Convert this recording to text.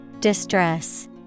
Distress